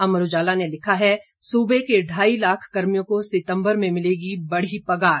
अमर उजाला ने लिखा है सूबे के ढाई लाख कर्मियों को सितंबर में मिलेगी बढ़ी पगार